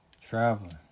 Traveling